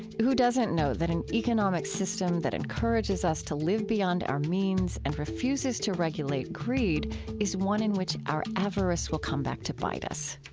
who doesn't know that an economic system that encourages us to live beyond our means and refuses to regulate greed is one in which our avarice will come back to bite us?